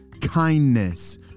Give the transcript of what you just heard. kindness